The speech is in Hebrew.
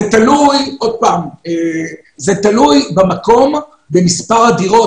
זה תלוי במקום, במספר הדירות